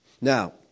Now